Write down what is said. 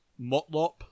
Motlop